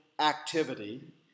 activity